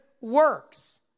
works